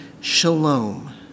shalom